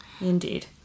Indeed